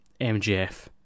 MGF